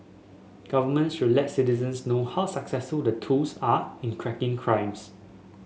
governments should let citizens know how successful the tools are in cracking crimes